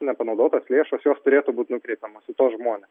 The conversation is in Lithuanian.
nepanaudotos lėšos jos turėtų būti nukreipiamos į tuos žmones